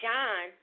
John